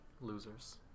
Losers